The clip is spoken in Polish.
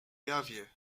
jawie